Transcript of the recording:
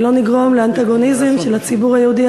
שלא נגרום לאנטגוניזם של הציבור היהודי